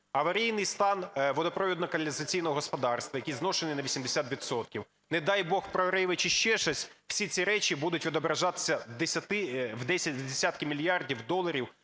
аварійний стан водопровідного каналізаційного господарства, який зношений на 80 відсотків. Не дай Бог, прориви чи ще щось - всі ці речі будуть відображатися в десятки мільярдів доларів